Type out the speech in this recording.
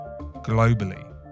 globally